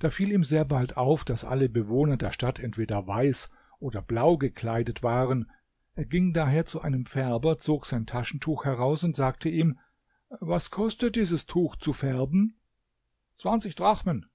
da fiel ihm sehr bald auf daß alle bewohner der stadt entweder weiß oder blau gekleidet waren er ging daher zu einem färber zog sein taschentuch heraus und sagte ihm was kostet dieses tuch zu färben zwanzig drachmen